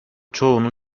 çoğunu